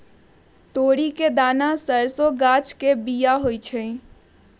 तोरी के दना सरसों गाछ के बिया होइ छइ